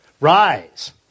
Rise